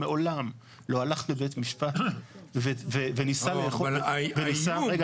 מעולם לא הלך לבית משפט וניסה לאכוף עסקה.